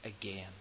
again